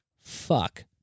Fuck